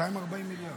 240 מיליון.